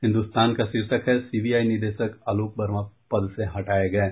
हिन्दुस्तान का शीर्षक है सीबीआई निदेशक आलोक वर्मा पद से हटाये गये